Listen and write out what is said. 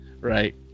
Right